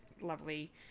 lovely